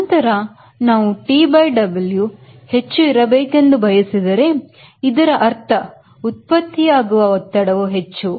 ನಂತರ ನಾವು TW ಹೆಚ್ಚು ಇರಬೇಕೆಂದು ಬಯಸಿದರೆ ಇದರ ಅರ್ಥ ಉತ್ಪತ್ತಿಯಾಗುವ ಒತ್ತಡವು ಹೆಚ್ಚು